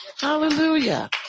Hallelujah